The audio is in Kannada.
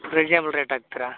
ರಿಜ್ನೆಬಲ್ ರೇಟ್ ಹಾಕ್ತಿರಾ